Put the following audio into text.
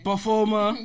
Performer